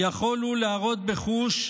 יכול הוא להראות בחוש,